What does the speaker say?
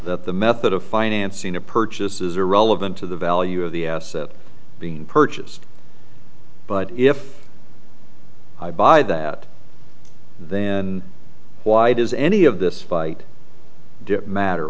that the method of financing a purchase is irrelevant to the value of the asset being purchased but if i buy that then why does any of this fight